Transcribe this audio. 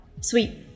Sweet